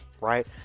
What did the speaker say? right